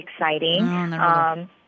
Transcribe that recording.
exciting